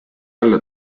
jälle